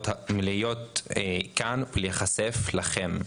יותר מלהיות בדיון ולהיחשף מולכם.